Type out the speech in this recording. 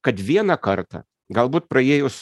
kad vieną kartą galbūt praėjus